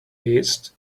list